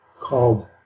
called